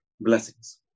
blessings